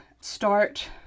start